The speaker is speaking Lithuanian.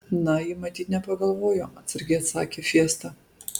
na ji matyt nepagalvojo atsargiai atsakė fiesta